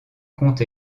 compte